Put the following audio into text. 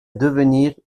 devenir